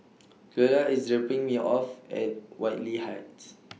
Cleola IS dropping Me off At Whitley Heights